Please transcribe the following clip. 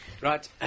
Right